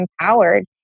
empowered